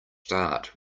start